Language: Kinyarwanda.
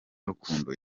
rukundo